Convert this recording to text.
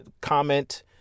comment